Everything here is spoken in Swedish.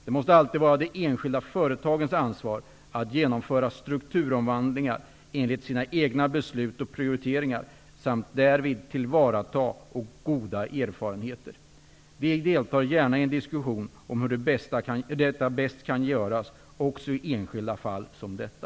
Det måste alltid vara de enskilda företagens ansvar att genomföra strukturomvandlingar enligt sina egna beslut och prioriteringar samt att därvid tillvarata goda erfarenheter. Vi deltar gärna i en diskussion om hur detta bäst kan göras, också i enskilda fall som detta.